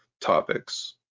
topics